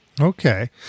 Okay